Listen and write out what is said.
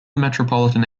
metropolitan